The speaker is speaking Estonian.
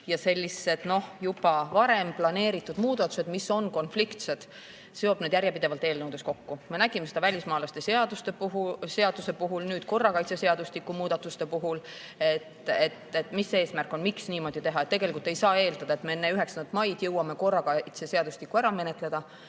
ja sellised juba varem planeeritud muudatused, mis on konfliktsed, eelnõudes kokku. Me nägime seda välismaalaste seaduse puhul, nüüd korrakaitseseadustiku muudatuste puhul. Mis see eesmärk on? Miks niimoodi tehakse? Tegelikult ei saa eeldada, et me enne 9. maid jõuame korrakaitseseadustiku ära menetleda.